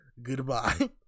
Goodbye